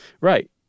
Right